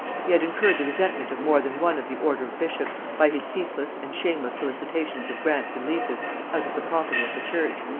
he had incurred the resentment of more than one of the order of bishops, by his ceaseless and shameless solicitations of grants and leases out of the property of the church.